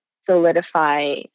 solidify